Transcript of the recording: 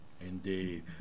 Indeed